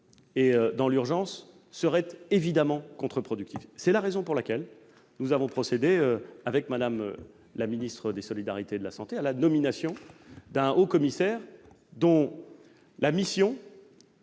et l'urgence seraient évidemment contre-productives. C'est la raison pour laquelle j'ai procédé, avec Mme la ministre des solidarités et de la santé, à la nomination d'un haut-commissaire, dont la mission